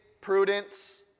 prudence